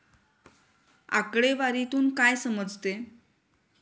आकडेवारीतून काय समजते?